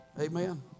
Amen